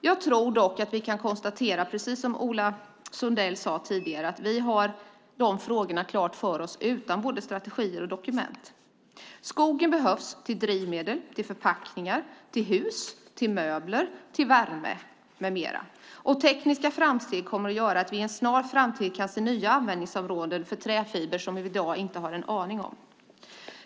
Jag tror dock att vi kan konstatera, precis som Ola Sundell gjorde tidigare, att vi har de frågorna klara för oss utan både strategier och dokument. Skogen behövs till drivmedel, förpackningar, hus, möbler, värme med mera. Tekniska framsteg kommer att göra att vi i en snar framtid kan se nya användningsområden för träfiber som vi i dag inte har en aning om.